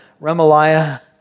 Remaliah